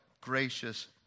gracious